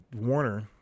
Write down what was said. Warner